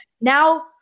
now